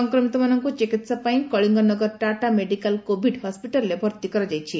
ସଂକ୍ରମିତମାନଙ୍କୁ ଚିକିହା ପାଇଁ କଳିଂଗନଗର ଟାଟା ମେଡିକାଲର କୋଭିଡ ହସପିଟାଲରେ ଭର୍ତି କରାଯାଇଛି